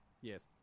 yes